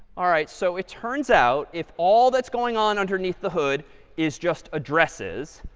all right. so it turns out if all that's going on underneath the hood is just addresses,